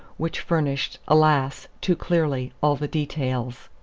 which furnished, alas! too clearly, all the details.